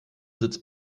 sitzt